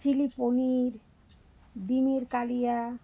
chilli paneer ডিমের কালিয়া